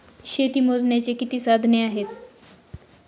शेती मोजण्याची किती साधने आहेत?